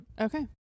Okay